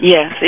Yes